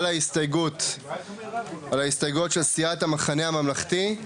ההסתייגויות של סיעת "המחנה הממלכתי".